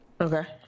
Okay